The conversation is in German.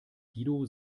guido